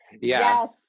yes